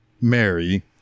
Mary